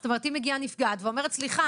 זאת אומרת שאם מגיעה נפגעת ואומרת סליחה,